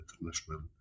international